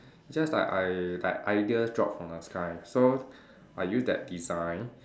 just like I like ideas drop from the sky so I use that design